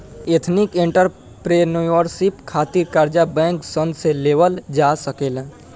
ethnic entrepreneurship खातिर कर्जा bank सन से लेवल जा सकेला